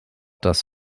das